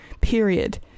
Period